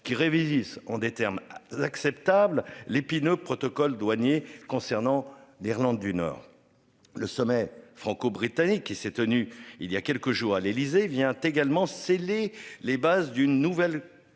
qui revisite, en des termes acceptables les pin-up protocole douanier concernant l'Irlande du Nord. Le sommet franco-britannique qui s'est tenu il y a quelques jours à l'Élysée vient également scellé les bases d'une nouvelle relation